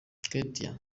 ketia